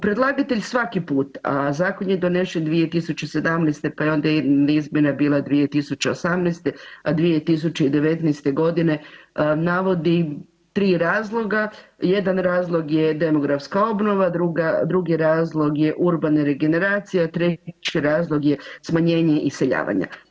Predlagatelj svaki put, a zakon je donesen 2017., pa je onda jedna izmjena bila 2018., a 2019.g. navodi tri razloga, jedan razlog je demografska obnova, drugi razlog je urbana regeneracija, treći razlog je smanjenje i iseljavanja.